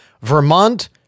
Vermont